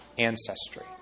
ancestry